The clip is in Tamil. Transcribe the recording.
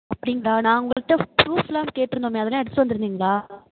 அப்படிங்களா நான் உங்கள்கிட்ட ப்ரூஃப்லாம் கேட்டுருந்தோமே அதெல்லாம் எடுத்துகிட்டு வந்துருந்திங்களா